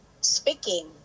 speaking